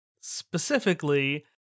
Specifically